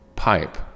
pipe